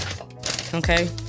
okay